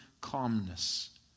calmness